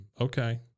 okay